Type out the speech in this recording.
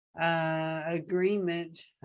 Agreement